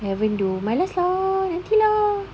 haven't do malas lah nanti lah